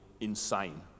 insane